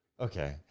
Okay